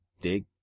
Dig